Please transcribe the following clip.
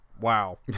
wow